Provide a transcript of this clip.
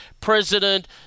president